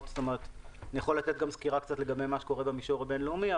אני יכול לתת סקירה לגבי מה שקורה במישור הבין-לאומי,